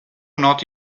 noto